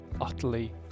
utterly